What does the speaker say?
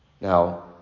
Now